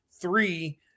three